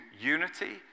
unity